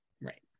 Right